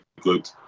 good